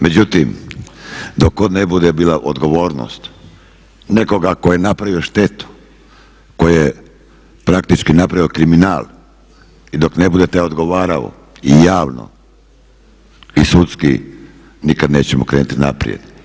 Međutim, dok god ne bude bila odgovornost nekoga ko je napravio štetu, ko je praktički napravio kriminal i dok ne bude taj odgovarao i javno i sudski nikad nećemo krenuti naprijed.